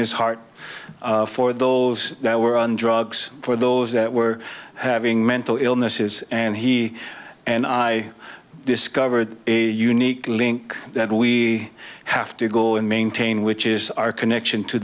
his heart for those that were on drugs for those that were having mental illnesses and he and i discovered a unique link that we have to go and maintain which is our connection to